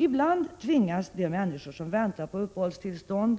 Ibland tvingas de människor som väntar på uppehållstillstånd